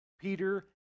Peter